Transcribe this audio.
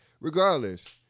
regardless